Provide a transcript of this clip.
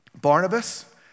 Barnabas